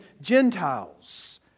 Gentiles